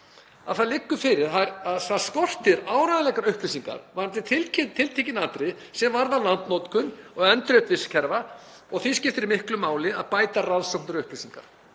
Það liggur fyrir að það skortir áreiðanlegar upplýsingar varðandi tiltekin atriði sem varða landnotkun og endurheimt vistkerfa og því skiptir miklu máli að bæta rannsóknir og upplýsingar.